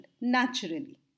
naturally